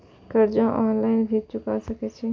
कर्जा ऑनलाइन भी चुका सके छी?